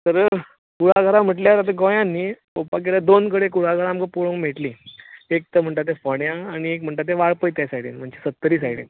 कुळागरां म्हणल्यार आतांं गोंयांत न्हय पळोवपाक गेल्यार दोन कडेन कुळागरां आमकां पळोवंक मेळटलीं एक तर म्हणटात तें फोंड्यां आनी एक म्हणटात तें वाळपय ते सायडीन सत्तरी सायडीन